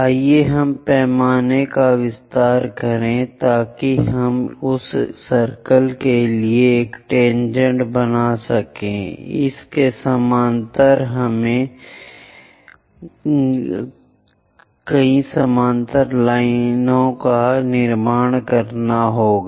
आइए हम पैमाने का विस्तार करें ताकि हम उस सर्कल के लिए एक टेनजेंट बना सकें इसके समानांतर हमें समानांतर लाइनों के निर्माण के लिए आगे बढ़ना होगा